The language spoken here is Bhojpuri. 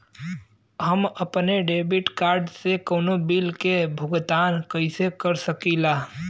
हम अपने डेबिट कार्ड से कउनो बिल के भुगतान कइसे कर सकीला?